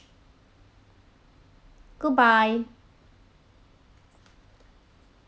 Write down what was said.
goodbye